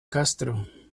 castro